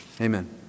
Amen